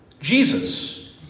Jesus